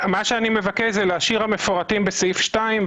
מה שאני מבקש הוא להשאיר: המפורטים בסעיף 2,